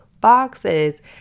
boxes